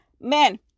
men